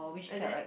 is it